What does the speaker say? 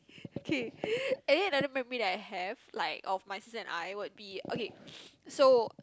okay and then another memory that I have like of my sister and I would be okay so